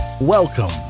Welcome